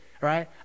right